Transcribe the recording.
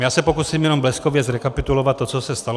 Já se pokusím jenom bleskově zrekapitulovat to, co se stalo.